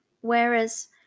Whereas